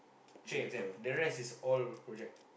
three exam the rest is all project